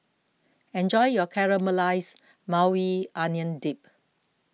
enjoy your Caramelized Maui Onion Dip